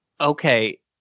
Okay